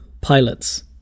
pilots